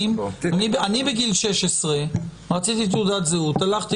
אני בגיל 16 רציתי תעודת זהות, הלכתי